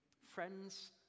Friends